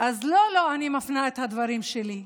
אז לא אליו אני מפנה את הדברים שלי,